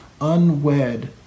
unwed